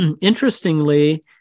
Interestingly